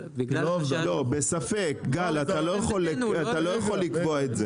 לא, בספק, גל, אתה לא יכול לקבוע את זה.